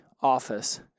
office